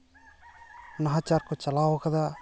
ᱱᱟᱦᱟᱪᱟᱨ ᱠᱚ ᱪᱟᱞᱟᱣ ᱠᱟᱫᱟ